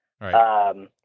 Right